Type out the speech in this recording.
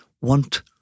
want